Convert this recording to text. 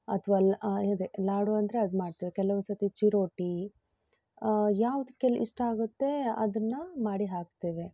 ಅಥವಾ ಇದೆ ಲಾಡು ಅಂದರೆ ಅದು ಮಾಡ್ತೇವೆ ಕೆಲವೊಂದ್ಸರ್ತಿ ಚಿರೋಟಿ ಯಾವುದು ಕೆಲ ಇಷ್ಟ ಆಗುತ್ತೆ ಅದನ್ನು ಮಾಡಿ ಹಾಕ್ತೇವೆ